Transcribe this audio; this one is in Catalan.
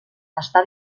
està